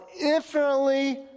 infinitely